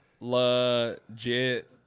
legit